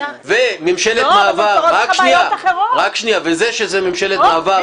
וזה שזו ממשלת מעבר,